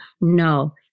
no